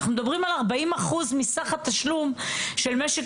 אנחנו מדברים על 40% מסך התשלום של משק